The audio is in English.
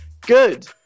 Good